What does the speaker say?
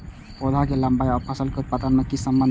पौधा के लंबाई आर फसल के उत्पादन में कि सम्बन्ध छे?